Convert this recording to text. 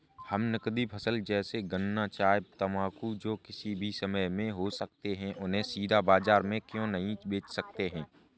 हम नगदी फसल जैसे गन्ना चाय तंबाकू जो किसी भी समय में हो सकते हैं उन्हें सीधा बाजार में क्यो नहीं बेच सकते हैं?